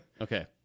Okay